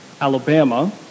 Alabama